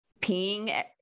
peeing